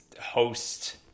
host